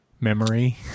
memory